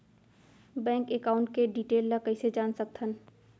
Bank account के detail ल कइसे जान सकथन?